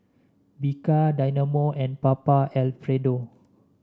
Bika Dynamo and Papa Alfredo